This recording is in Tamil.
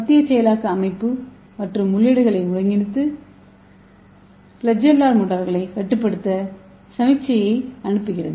மத்திய செயலாக்க அமைப்பு பல உள்ளீடுகளை ஒருங்கிணைத்து ஃப்ளாஜெல்லர் மோட்டார்கள் கட்டுப்படுத்த சமிக்ஞையை அனுப்புகிறது